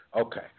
Okay